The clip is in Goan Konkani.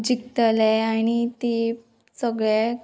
जिकतले आणी ती सगळे